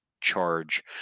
charge